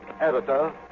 editor